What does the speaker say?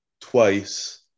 twice